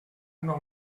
una